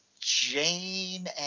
Jane